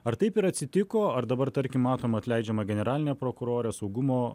ar taip ir atsitiko ar dabar tarkim matom atleidžiamą generalinę prokurorę saugumo